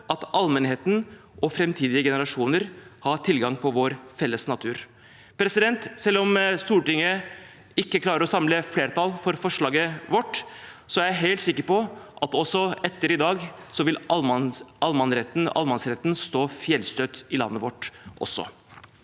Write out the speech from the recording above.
at allmennheten og framtidige generasjoner har tilgang på vår felles natur. Selv om Stortinget ikke klarer å samle flertall for forslaget vårt, er jeg helt sikker på at også etter i dag vil allemannsretten stå fjellstøtt i landet vårt.